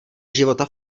života